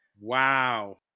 Wow